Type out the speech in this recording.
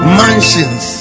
mansions